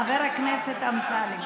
חבר הכנסת אמסלם.